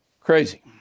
Crazy